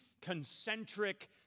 concentric